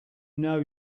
know